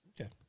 Okay